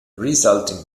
resulting